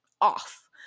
off